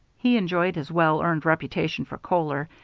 he enjoyed his well-earned reputation for choler,